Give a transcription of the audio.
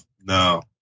No